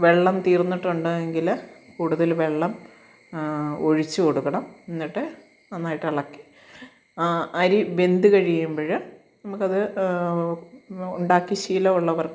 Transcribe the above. വെള്ളം തീർന്നിട്ടുണ്ട് എങ്കിൽ കൂടുതൽ വെള്ളം ഒഴിച്ചു കൊടുക്കണം എന്നിട്ടു നന്നായിട്ടിളക്കി ആ അരി വെന്തു കഴിയുമ്പോൾ നമുക്കത് ഉണ്ടാക്കി ശീലമുള്ളവർക്ക്